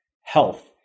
health